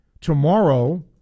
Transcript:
tomorrow